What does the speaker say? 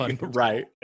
right